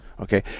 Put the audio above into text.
Okay